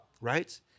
right